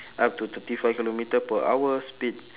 up to thirty five kilometre per hour speed